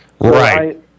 Right